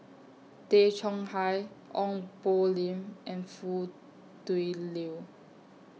Tay Chong Hai Ong Poh Lim and Foo Tui Liew